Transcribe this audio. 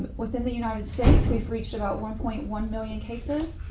within the united states, we've reached about one point one million cases